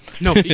No